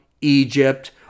Egypt